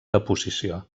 deposició